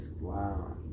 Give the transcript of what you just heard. Wow